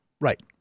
Right